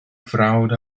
frawd